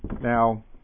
now